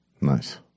Nice